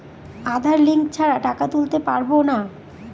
আধার link ছাড়া টাকা তুলতে পারব না?